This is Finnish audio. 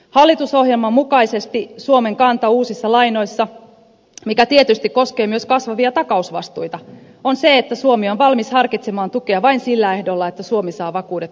hallitusohjelman mukaisesti suomen kanta uusissa lainoissa mikä tietysti koskee myös kasvavia takausvastuita on se että suomi on valmis harkitsemaan tukea vain sillä ehdolla että suomi saa vakuudet kyseiseltä maalta